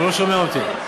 הוא לא שומע אותי.